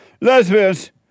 lesbians